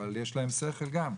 אבל יש להם שכל גם.